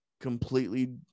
completely